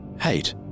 Hate